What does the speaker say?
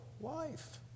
life